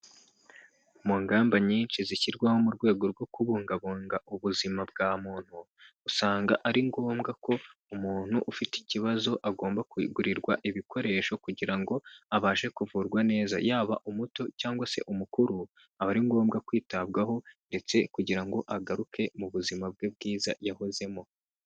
Mu ngamba nyinshi zishyirwaho mu rwego rwo kubungabunga ubuzima bwa muntu, usanga ari ngombwa ko umuntu ufite ikibazo agomba kugurirwa ibikoresho kugira ngo abashe kuvurwa neza, yaba umuto cyangwa se umukuru aba ari ngombwa kwitabwaho ndetse kugira ngo agaruke mu buzima bwe bwiza yahozemo.